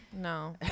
No